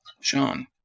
Sean